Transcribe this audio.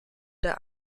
der